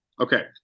okay